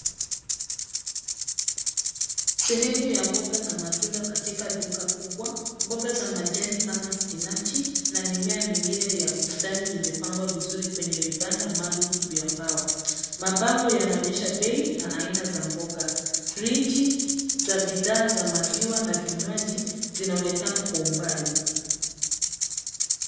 Sehemu ya mboga na matunda katika duka kubwa. Mboga za majani kama spinachi na mimea mingine ya bustani zimepangwa vizuri kwenye vibanda maalum vya mbao. Mabango yanaonyesha bei na aina za mboga. Friji za bidhaa za maziwa na vinywaji zinaonekana kwa umbali.